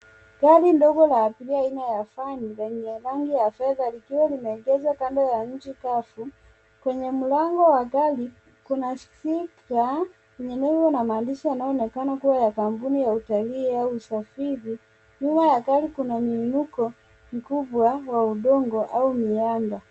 Gari dogo la abiria aina ya van lenye rangi ya fedha likiwa limeegeshwa kando ya nchi kavu. Kwenye mlango wa gari kuna stika yenye nebo na maandishi yanayoonekana kuwa ya kampuni ya utalii au ya usafiri. Nyuma ya gari kuna muiniko mkubwa wa udongo au mianda.